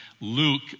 Luke